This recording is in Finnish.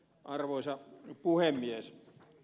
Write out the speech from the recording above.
arvoisa puhemies